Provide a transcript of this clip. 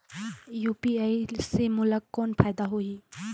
UPI से मोला कौन फायदा होही?